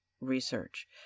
research